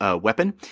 weapon